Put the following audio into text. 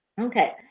Okay